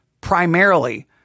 primarily